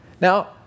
Now